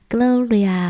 Gloria